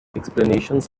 explanations